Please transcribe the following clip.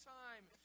time